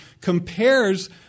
compares